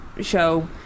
show